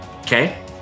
Okay